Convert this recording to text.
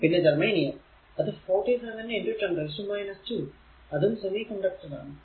പിന്നെ ജർമേനിയം അത് 47 10 2 അതും സെമി കണ്ടക്ടർ ആണ്